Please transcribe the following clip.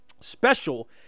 special